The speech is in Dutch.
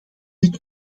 dit